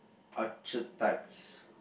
archetypes